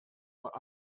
what